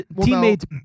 teammates